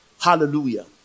Hallelujah